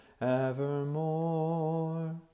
evermore